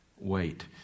wait